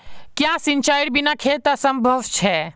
क्याँ सिंचाईर बिना खेत असंभव छै?